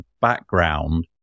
background